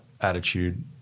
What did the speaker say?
attitude